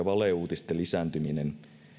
valeuutisten lisääntyminen